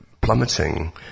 plummeting